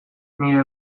nire